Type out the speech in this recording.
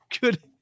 good